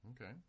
Okay